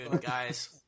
guys